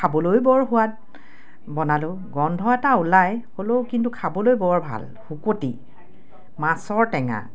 খাবলৈও বৰ সোৱাদ বনালেও গন্ধ এটা ওলাই হ'লেও কিন্তু খাবলৈ বৰ ভাল শুকতি মাছৰ টেঙা